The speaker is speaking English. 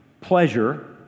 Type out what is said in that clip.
pleasure